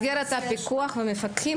במסגרת הפיקוח והמפקחים,